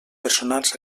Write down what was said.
personals